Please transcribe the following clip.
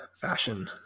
fashion